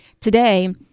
today